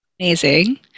Amazing